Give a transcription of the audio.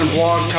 Blog